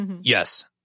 Yes